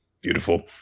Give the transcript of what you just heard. Beautiful